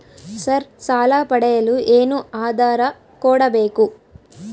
Sir ಸಾಲ ಪಡೆಯಲು ಏನು ಆಧಾರ ಕೋಡಬೇಕು?